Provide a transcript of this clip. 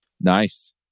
Nice